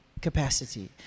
capacity